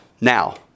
now